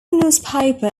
newspaper